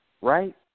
Right